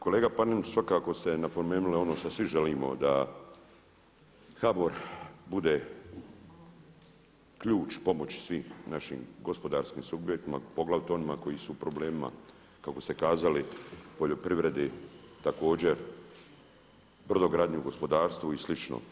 Kolega Panenić, svakako ste napomenuli ono što svi želimo da HBOR bude ključ pomoći svim našim gospodarskim subjektima poglavito onima koji su u problemima kako ste kazali poljoprivredi također, brodogradnji, u gospodarstvu i slično.